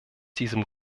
diesem